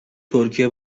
ترکیه